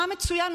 הוא שמע מצוין,